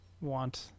want